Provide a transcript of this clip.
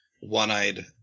one-eyed